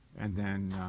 and then